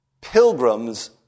pilgrims